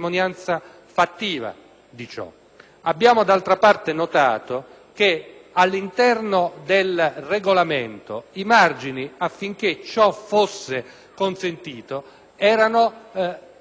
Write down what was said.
ciò. D'altra parte, abbiamo notato che all'interno del Regolamento i margini affinché ciò fosse consentito erano